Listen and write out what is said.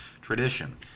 tradition